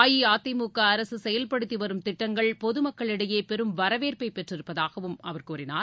அஇஅதிமுகஅரசுசெயல்படுத்திவரும் திட்டங்கள் பொதமக்கள் இடையேபெரும் வரவேற்பைபெற்றிருப்பதாகவும் அவர் தெரிவித்தார்